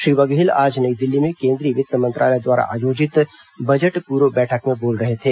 श्री बघेल आज नई दिल्ली में केन्द्रीय वित्त मंत्रालय द्वारा आयोजित बजट पूर्व बैठक में बोल रहे थे